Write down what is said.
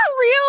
real